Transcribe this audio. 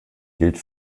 gilt